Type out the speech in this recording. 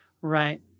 Right